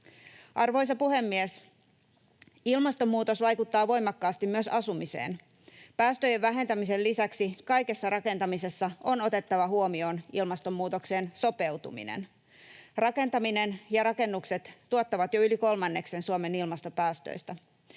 Arvoisa puhemies! Ilmastonmuutos vaikuttaa voimakkaasti myös asumiseen. Päästöjen vähentämisen lisäksi kaikessa rakentamisessa on otettava huomioon ilmastonmuutokseen sopeutuminen. Rakentaminen ja rakennukset tuottavat jo yli kolmanneksen Suomen ilmastopäästöistä.